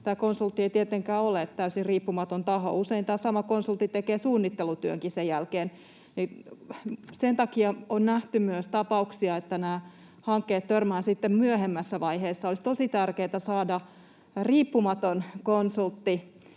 tämä konsultti ei tietenkään ole täysin riippumaton taho. Usein tämä sama konsultti tekee suunnittelutyönkin sen jälkeen. Sen takia on nähty myös tapauksia, että nämä hankkeet törmäävät sitten myöhemmässä vaiheessa. Olisi tosi tärkeätä saada riippumaton konsultti